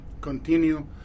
continue